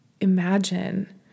imagine